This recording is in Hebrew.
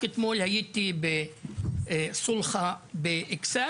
רק אתמול הייתי בישוב איכסאל,